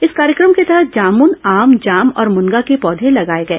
इस कार्यक्रम के तहत जामुन आम जाम और मुनगा के पौधे लगाए गए